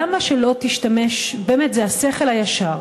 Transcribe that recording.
למה לא תשתמש, באמת, זה השכל הישר,